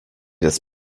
das